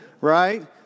right